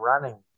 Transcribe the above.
running